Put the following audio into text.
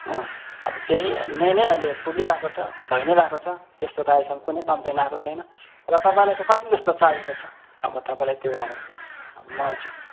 अँ अब त्यहीले नै ऐले पुगिरहेको छ भइ नै रहेको छ त्यस्तो त अहिलेसम्म कुनै कम्प्लेन आएको छैन र तपाईँलाई चाहिँ कति जस्तो चाहिएको छ अब तपाईँ लाई त्यो मल चाहिँ